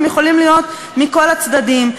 הם יכולים להיות מכל הצדדים,